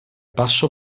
passo